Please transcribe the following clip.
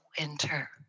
winter